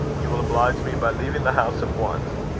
you will oblige me by leaving the house at once.